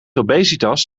obesitas